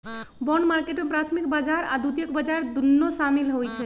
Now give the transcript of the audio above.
bond market में प्राथमिक बजार आऽ द्वितीयक बजार दुन्नो सामिल होइ छइ